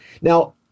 Now